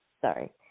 sorry